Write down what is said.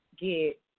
get